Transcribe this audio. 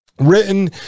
Written